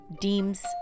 Deems